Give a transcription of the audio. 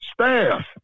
staff